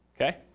okay